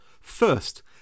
First